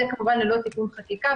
זה כמובן ללא תיקון חקיקה.